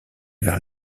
vers